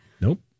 Nope